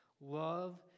Love